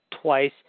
twice